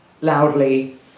loudly